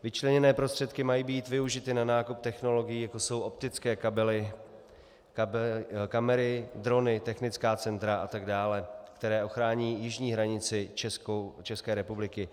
Vyčleněné prostředky mají být využity na nákup technologií, jako jsou optické kabely, kamery, drony, technická centra atd., které ochrání jižní hranici České republiky.